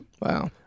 Wow